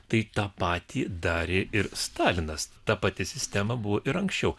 tai tą patį darė ir stalinas ta pati sistema buvo ir anksčiau